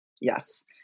Yes